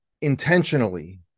intentionally